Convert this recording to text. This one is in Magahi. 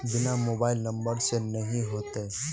बिना मोबाईल नंबर से नहीं होते?